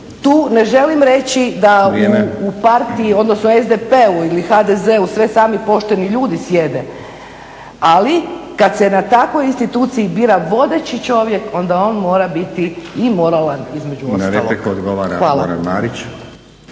Tu ne želim reći da u partiji, odnosno SDP-u ili HDZ-u sve sami pošteni ljudi sjede, ali kad se na takvoj instituciji bira vodeći čovjek onda on mora biti i moralan između ostalog. Hvala.